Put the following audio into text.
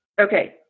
okay